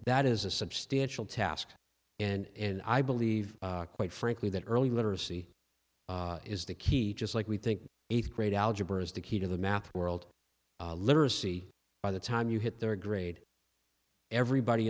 that is a substantial task and i believe quite frankly that early literacy is the key just like we think eighth grade algebra is the key to the math world literacy by the time you hit their grade everybody